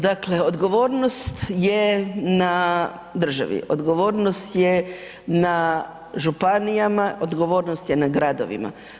Dakle, odgovornost je na državi, odgovornost je na županijama, odgovornost je na gradovima.